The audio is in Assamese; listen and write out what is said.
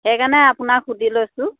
সেইকাৰণে আপোনাক সুধি লৈছোঁ